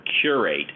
curate